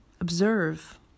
observe